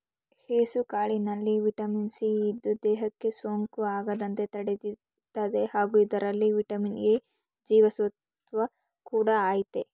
ಹೆಸುಕಾಳಿನಲ್ಲಿ vitamin C ಇದ್ದು, ದೇಹಕ್ಕೆ ಸೋಂಕು ಆಗದಂತೆ ತಡಿತದೆ ಹಾಗೂ ಇದರಲ್ಲಿ ವಿಟಮಿನ್ ಎ ಜೀವಸತ್ವ ಕೂಡ ಆಯ್ತೆ